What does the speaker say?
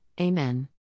Amen